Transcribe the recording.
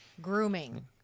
Grooming